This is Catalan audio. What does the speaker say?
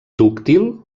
dúctil